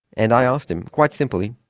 and i asked him, quite simply,